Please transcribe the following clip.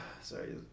sorry